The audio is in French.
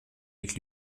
avec